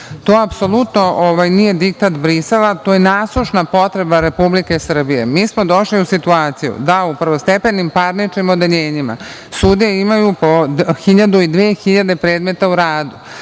To apsolutno nije diktat Brisela, to je nasušna potreba Republike Srbije. Mi smo došli u situaciju da u prvostepenim parničnim odeljenjima sudije imaju po 1.000 i 2.000 predmeta u radu,